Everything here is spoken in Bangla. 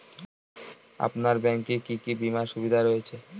আপনার ব্যাংকে কি কি বিমার সুবিধা রয়েছে?